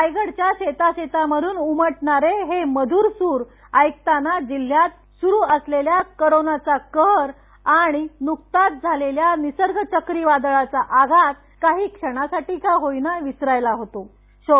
रायगडच्या शेता शेतातून उमटणारे हे मधुर सूर ऐकताना जिल्हयात सूरू असलेला कोरोनाचा कहर आणि नुकताच झालेल्या निसर्ग चक्रीवादळाचा आघात काही क्षणासाठी का होईना विसरायला होतो